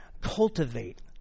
cultivate